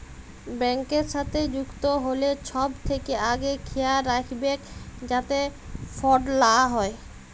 ব্যাংকের সাথে যুক্ত হ্যলে ছব থ্যাকে আগে খেয়াল রাইখবেক যাতে ফরড লা হ্যয়